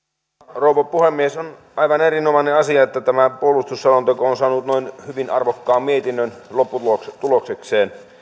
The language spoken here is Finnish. rouva puhemies on aivan erinomainen asia että tämä puolustusselonteko on saanut hyvin arvokkaan mietinnön lopputuloksekseen